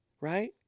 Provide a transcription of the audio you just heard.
right